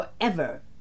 forever